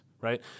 Right